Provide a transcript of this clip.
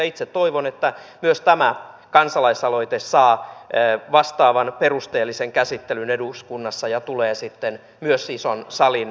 itse toivon että myös tämä kansalaisaloite saa vastaavan perusteellisen käsittelyn eduskunnassa ja tulee sitten myös ison salin äänestettäväksi